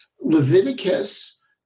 Leviticus